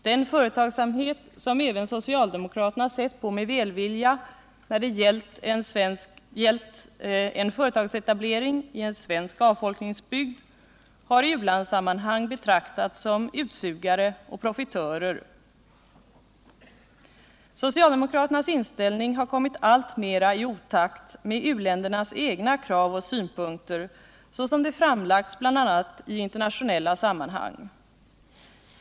Den företag samhet som även socialdemokraterna sett på med välvilja när det gällt en företagsetablering i en svensk avfolkningsbygd har i u-landssammanhang betraktats som en samling utsugare och profitörer. Socialdemokraternas inställning har kommit alltmera i otakt med uländernas egna krav och synpunkter såsom de framlagts bl.a. i internationella sammanhang.